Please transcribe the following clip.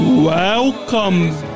Welcome